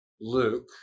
Luke